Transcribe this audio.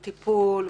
בטיפול,